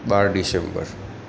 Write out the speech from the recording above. બાર December